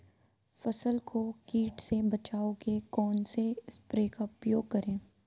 फसल को कीट से बचाव के कौनसे स्प्रे का प्रयोग करें?